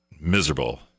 Miserable